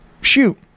shoot